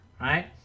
Right